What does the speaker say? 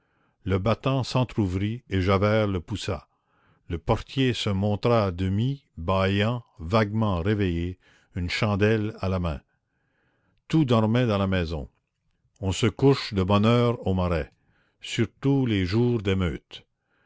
le battant s'entr'ouvrit et javert le poussa le portier se montra à demi bâillant vaguement réveillé une chandelle à la main tout dormait dans la maison on se couche de bonne heure au marais surtout les jours d'émeute